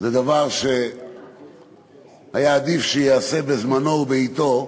הן דבר שעדיף שייעשה בזמנו ובעתו,